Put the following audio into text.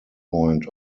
point